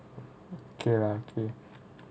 okay lah okay